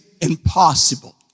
impossible